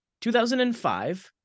2005